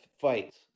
fights